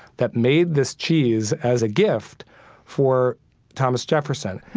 that made this cheese as a gift for thomas jefferson.